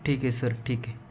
ठीक आहे सर ठीक आहे